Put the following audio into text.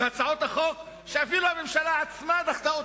והצעות החוק שאפילו הממשלה עצמה דחתה,